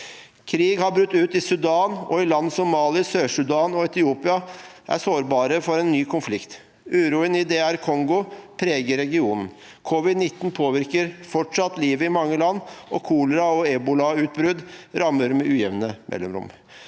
nr. 16–19 1711 Sudan, og land som Mali, Sør-Sudan og Etiopia er sårbare for en ny konflikt. Uroen i DR Kongo preger regionen. Covid-19 påvirker fortsatt livet i mange land, og kolera- og ebolautbrudd rammer med ujevne mellomrom.